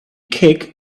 kick